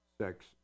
sex